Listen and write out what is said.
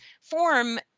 form